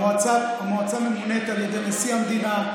המועצה תמונה על ידי נשיא המדינה,